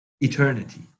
eternity